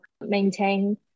maintain